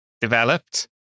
developed